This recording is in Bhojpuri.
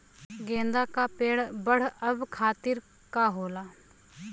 गेंदा का पेड़ बढ़अब खातिर का होखेला?